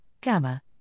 Gamma